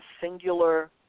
singular